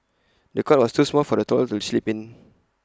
the cot was too small for the toddler to sleep in